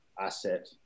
asset